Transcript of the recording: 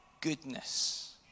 goodness